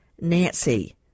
nancy